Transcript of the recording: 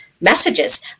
messages